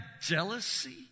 jealousy